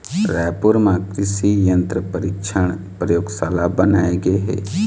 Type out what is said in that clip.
रायपुर म कृसि यंत्र परीक्छन परयोगसाला बनाए गे हे